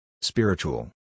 Spiritual